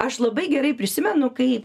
aš labai gerai prisimenu kai